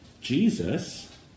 Jesus